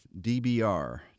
DBR